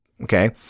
Okay